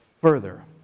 further